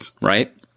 right